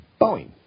Boeing